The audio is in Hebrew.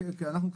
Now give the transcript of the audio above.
כי אנחנו כחברים,